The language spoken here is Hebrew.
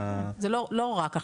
לא רק.